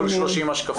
השקפים.